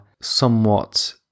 somewhat